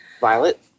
Violet